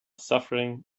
suffering